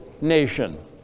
nation